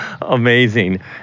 amazing